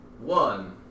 one